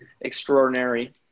extraordinary